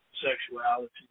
sexuality